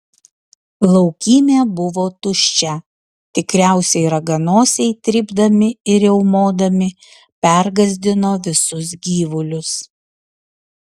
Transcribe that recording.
laukymė buvo tuščia tikriausiai raganosiai trypdami ir riaumodami pergąsdino visus gyvulius